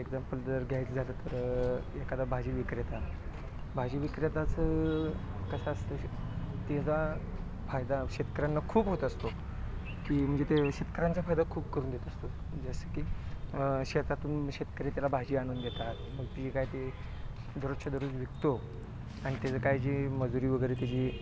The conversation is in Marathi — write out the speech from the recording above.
एक्झाम्पल जर घ्यायचं झालं तर एखादा भाजी विक्रेता भाजी विक्रेताचं कसं असतं त्याचा फायदा शेतकऱ्यांना खूप होत असतो की म्हणजे ते शेतकऱ्यांचा फायदा खूप करून देत असतो जसं की शेतातून शेतकरी त्याला भाजी आणून देतात मग ती जे काय ते दररोजच्या दररोज विकतो आणि त्याचं काय जी मजुरी वगैरे त्याची